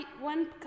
one